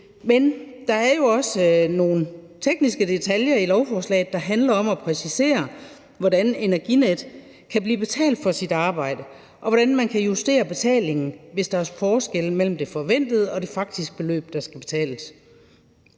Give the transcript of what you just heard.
Men der er jo også nogle tekniske detaljer i lovforslaget, der handler om at præcisere, hvordan Energinet kan blive betalt for sit arbejde, og hvordan man kan justere betalingen, hvis der er forskelle mellem det forventede og det faktiske beløb, der skal betales.